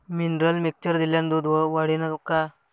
Mineral mixture दिल्यानं दूध वाढीनं का?